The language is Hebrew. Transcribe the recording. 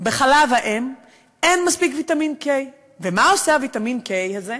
בחלב האם אין מספיק ויטמין K. ומה עושה ויטמין K הזה?